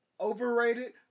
overrated